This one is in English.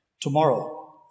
Tomorrow